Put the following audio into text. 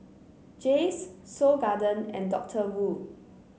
Jays Seoul Garden and Doctor Wu